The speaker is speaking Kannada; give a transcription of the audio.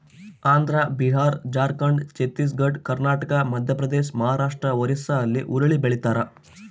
ಆಂಧ್ರ ಬಿಹಾರ ಜಾರ್ಖಂಡ್ ಛತ್ತೀಸ್ ಘಡ್ ಕರ್ನಾಟಕ ಮಧ್ಯಪ್ರದೇಶ ಮಹಾರಾಷ್ಟ್ ಒರಿಸ್ಸಾಲ್ಲಿ ಹುರುಳಿ ಬೆಳಿತಾರ